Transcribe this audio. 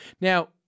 Now